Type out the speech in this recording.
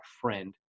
friend